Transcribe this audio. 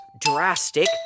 drastic